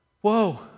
Whoa